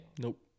Nope